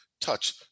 touch